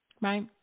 right